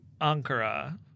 Ankara